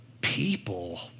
people